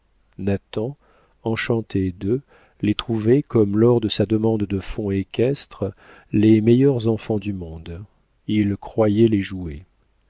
nathan enchanté d'eux les trouvait comme lors de sa demande de fonds équestres les meilleurs enfants du monde il croyait les